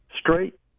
Straight